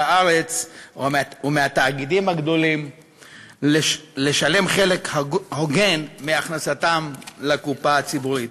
הארץ ומהתאגידים הגדולים לשלם חלק הוגן מהכנסתם לקופה הציבורית.